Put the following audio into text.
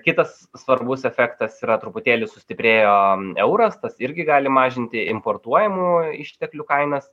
kitas svarbus efektas yra truputėlį sustiprėjo euras tas irgi gali mažinti importuojamų išteklių kainas